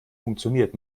funktioniert